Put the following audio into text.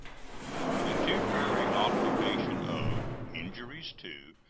the temporary occupation of, injuries to,